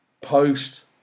post